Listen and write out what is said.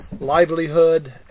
livelihood